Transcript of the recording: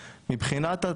ישובים.